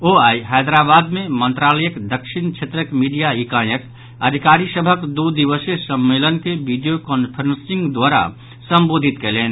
ओ आइ हैदरावाद मे मंत्रालयक दक्षिण क्षेत्रक मिडिया इकाइर्क अधिकारी सभक दू दिवसीय सम्मेलन के विडियो कांफ्रेसिंग द्वारा संवोधित कयलनि